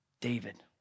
David